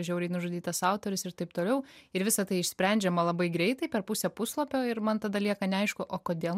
žiauriai nužudytas autorius ir taip toliau ir visa tai išsprendžiama labai greitai per pusę puslapio ir man tada lieka neaišku o kodėl